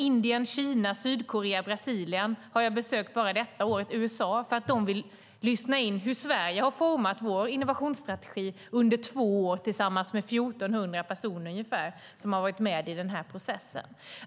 Bara detta år har jag besök Indien, Kina, Sydkorea, Brasilien och USA därför att de vill lyssna in hur vi i Sverige har format vår innovationsstrategi under två år tillsammans med ungefär 1 400 personer som har varit med i processen.